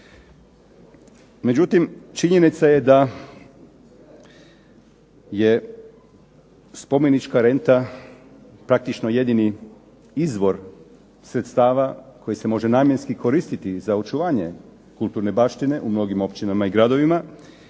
Međutim, činjenica je da je spomenička renta praktično jedini izvor sredstava koji se može namjenski koristiti za očuvanje kulturne baštine u mnogim općinama i gradovima